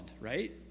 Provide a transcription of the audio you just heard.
right